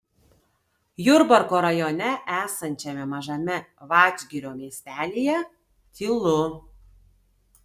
jurbarko rajone esančiame mažame vadžgirio miestelyje tylu